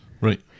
Right